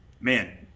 man